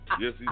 Yes